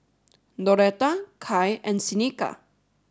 Doretta Kai and Seneca